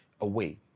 away